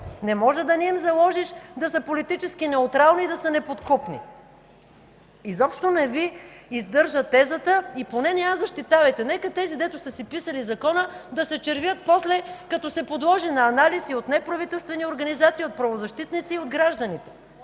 не може да не им заложиш да са политически неутрални и неподкупни. Изобщо не Ви издържа тезата и поне не я защитавайте. Нека тези, дето са си писали Закона, да се червят после, като се подложи на анализ и от неправителствени организации, и от правозащитници, и от гражданите.